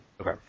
Okay